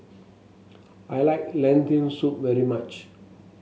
I like Lentil Soup very much